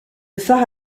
phare